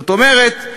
זאת אומרת,